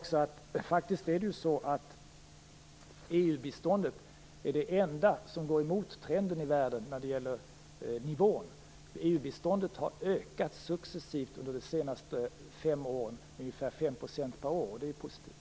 EU-biståndet är faktiskt det enda som går emot trenden i världen när det gäller nivån. EU-biståndet har nämligen successivt ökat under de senaste fem åren med ungefär 5 % per år, och det är positivt.